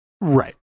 Right